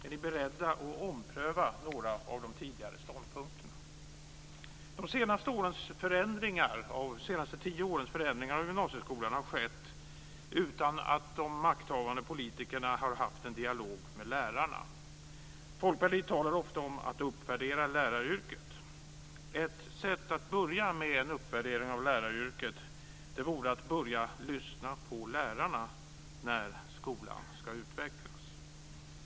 Är ni beredda att ompröva några av de tidigare ståndpunkterna? De senaste tio årens förändringar av gymnasieskolan har skett utan att de makthavande politikerna har fört en dialog med lärarna. Folkpartiet talar ofta om att uppvärdera läraryrket. Ett sätt att börja med en uppvärdering av läraryrket vore att börja lyssna på lärarna när skolan ska utvecklas.